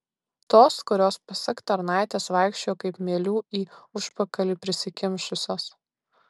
tos kurios pasak tarnaitės vaikščiojo kaip mielių į užpakalį prisikimšusios